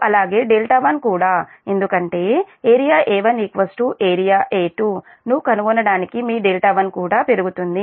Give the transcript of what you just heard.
అలాగే 1కూడా ఎందుకంటే ఏరియా A1 ఏరియా A2 ను కనుగొనడానికి మీ 1కూడా పెరుగుతుంది